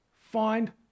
Find